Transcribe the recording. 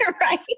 Right